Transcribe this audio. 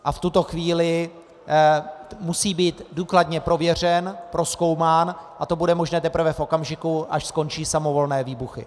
V tuto chvíli musí být důkladně prověřen, prozkoumán a to bude možné teprve v okamžiku, až skončí samovolné výbuchy.